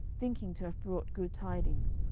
thinking to have brought good tidings,